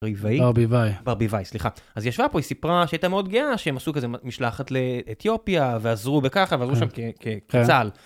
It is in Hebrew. ברביבי? ברביבאי. ברביבאי, סליחה. אז היא ישבה פה, היא סיפרה, שהייתה מאוד גאה שהם עשו כזה משלחת לאתיופיה ועזרו, וככה, ועזרו שם כצה"ל.